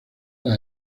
las